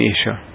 Asia